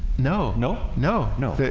no, no no, no